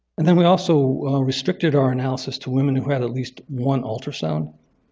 and then we also restricted our analysis to women who had at least one ultrasound.